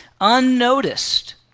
unnoticed